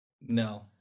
No